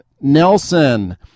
Nelson